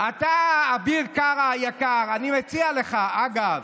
אתה, אביר קארה היקר, אני מציע לך, אגב,